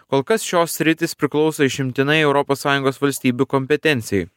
kol kas šios sritys priklauso išimtinai europos sąjungos valstybių kompetencijai